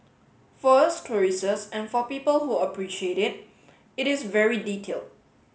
for us tourists and for people who appreciate it it is very detailed